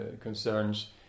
concerns